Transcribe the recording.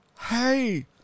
hey